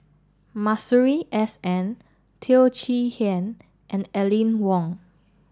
Masuri S N Teo Chee Hean and Aline Wong